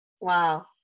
wow